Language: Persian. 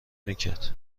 میکرد